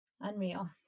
Unreal